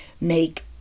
make